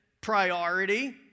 priority